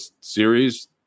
series